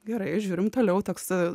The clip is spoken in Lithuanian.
gerai žiūrim toliau toks